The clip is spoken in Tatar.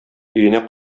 өенә